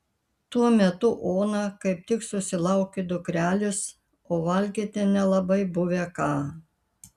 tuo metu ona kaip tik susilaukė dukrelės o valgyti nelabai buvę ką